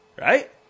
Right